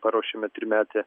paruošėme trimetę